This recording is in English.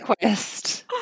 quest